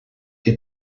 que